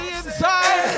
inside